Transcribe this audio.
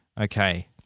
Okay